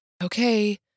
okay